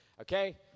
Okay